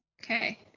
Okay